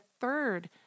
third